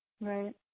Right